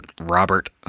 Robert